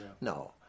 No